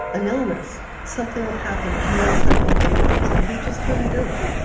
an illness, something that happened once and only once, and he just couldn't do it.